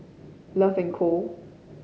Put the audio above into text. Love and Co